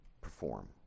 perform